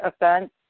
offense